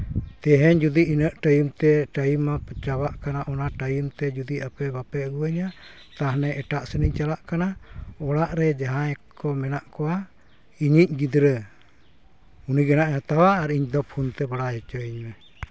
ᱛᱮᱦᱤᱧ ᱡᱩᱫᱤ ᱤᱱᱟᱹᱜ ᱴᱟᱹᱭᱤᱢ ᱛᱮ ᱴᱟᱭᱤᱢ ᱢᱟᱛᱚ ᱪᱟᱵᱟᱜ ᱠᱟᱱᱟ ᱚᱱᱟ ᱴᱟᱹᱭᱤᱢ ᱛᱮ ᱡᱩᱫᱤ ᱟᱯᱮ ᱵᱟᱯᱮ ᱟᱹᱜᱩᱣᱟᱹᱧᱟ ᱛᱟᱦᱚᱞᱮ ᱮᱴᱟᱜ ᱥᱮᱱᱤᱧ ᱪᱟᱞᱟᱜ ᱠᱟᱱᱟ ᱚᱲᱟᱜ ᱨᱮ ᱡᱟᱦᱟᱸᱭ ᱠᱚ ᱢᱮᱱᱟᱜ ᱠᱚᱣᱟ ᱤᱧᱤᱡ ᱜᱤᱫᱽᱨᱟᱹ ᱩᱱᱤ ᱜᱮᱦᱟᱸᱜ ᱦᱟᱛᱟᱣᱟ ᱟᱨ ᱤᱧᱫᱚ ᱯᱷᱳᱱᱛᱮ ᱵᱟᱲᱟᱭ ᱦᱚᱪᱚᱧ ᱢᱮ